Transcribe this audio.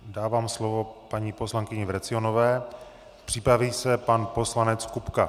Dávám slovo paní poslankyni Vrecionové, připraví se pan poslanec Kupka.